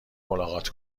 ملاقات